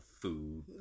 food